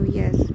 yes